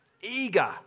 eager